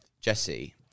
Jesse